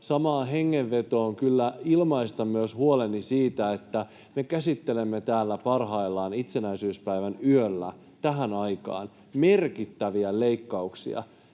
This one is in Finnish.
samaan hengenvetoon ilmaista kyllä myös huoleni siitä, että me käsittelemme täällä parhaillaan, itsenäisyyspäivän yöllä, tähän aikaan merkittäviä leikkauksia